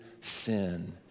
sin